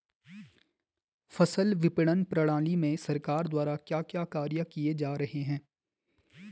फसल विपणन प्रणाली में सरकार द्वारा क्या क्या कार्य किए जा रहे हैं?